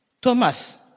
Thomas